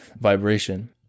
vibration